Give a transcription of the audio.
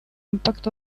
impact